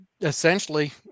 essentially